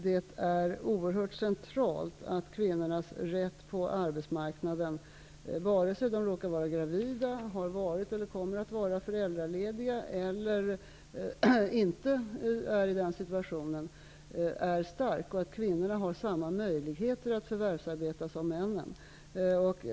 Det är oerhört centralt att kvinnors rätt på arbetsmarknaden -- vare sig de råkar vara gravida, har varit eller kommer att vara föräldralediga -- är stark och att kvinnorna har samma möjligheter att förvärvsarbeta som männen.